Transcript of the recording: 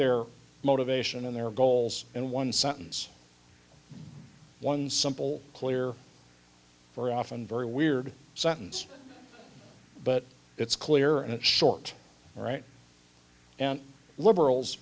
their motivation and their goals in one sentence one simple clear we're often very weird sentence but it's clear and short right and liberals